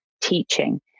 teaching